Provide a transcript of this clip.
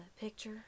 picture